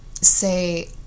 say